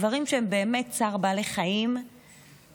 דברים שהם באמת צער בעלי חיים פרופר.